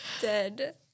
Dead